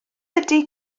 ydy